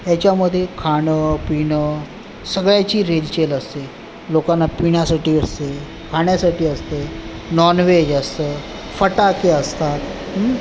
याच्यामदे खाणंपिणं सगळ्याची रेलचेल असते लोकांना पिण्यासाठी असते खाण्यासाठी असते नॉनव्हेज असतं फटाके असतात